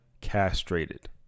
Castrated